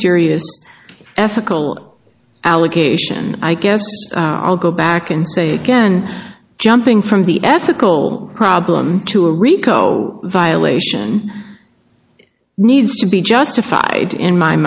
serious ethical allegation i guess i'll go back and say again jumping from the ethical problem to a rico violation needs to be justified in my